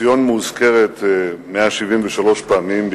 (חבר הכנסת טלב אלסאנע יוצא מאולם המליאה.) ציון מוזכרת 173 פעמים.